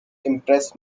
impress